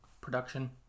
production